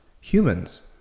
Humans